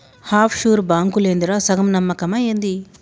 half sure బాంకులేందిరా, సగం నమ్మకమా ఏంది